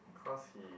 cause he